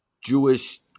Jewish –